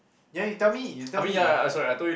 ya you tell me you tell me